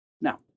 Now